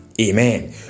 Amen